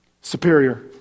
superior